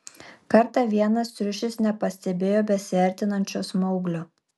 kartą vienas triušis nepastebėjo besiartinančio smauglio